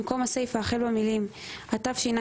במקום הסיפה החל במילים "התשע"ו-2015"